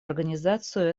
организацию